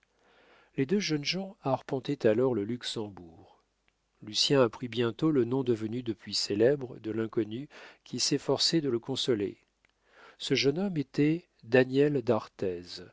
les deux jeunes gens arpentaient alors le luxembourg lucien apprit bientôt le nom devenu depuis célèbre de l'inconnu qui s'efforçait de le consoler ce jeune homme était daniel d'arthez